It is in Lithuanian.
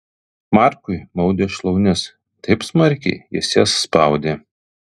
markui maudė šlaunis taip smarkiai jis jas spaudė